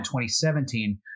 2017